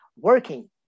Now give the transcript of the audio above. working